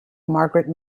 margaret